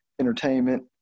entertainment